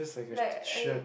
like I